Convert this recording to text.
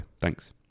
thanks